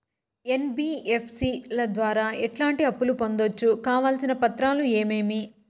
NBFC ల ద్వారా ఎట్లాంటి అప్పులు పొందొచ్చు? కావాల్సిన పత్రాలు ఏమేమి?